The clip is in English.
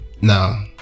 Now